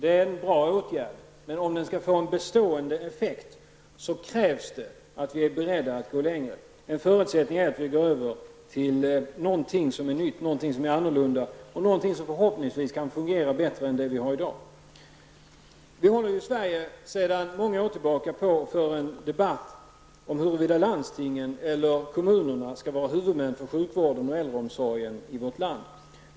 Det är en bra åtgärd, men om den skall få bestående effekt krävs det att vi är beredda att gå längre. En förutsättning är att vi går över till någonting som är nytt, någonting som är annorlunda och någonting som förhoppningsvis kan fungera bättre än det vi har i dag gör. Vi för i Sverige sedan många år en debatt om huruvida landstingen eller kommunerna skall vara huvudmän för sjukvården och äldreomsorgen i vårt land.